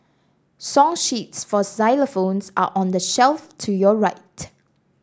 song sheets for xylophones are on the shelf to your right